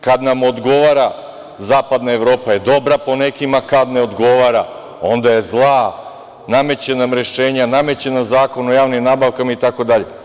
Kad nam odgovara zapadna Evropa je dobra, po nekima, kad ne odgovara, onda je zla, nameće nam rešenja, nameće nam Zakon o javnim nabavkama itd.